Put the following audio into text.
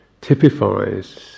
typifies